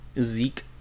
Zeke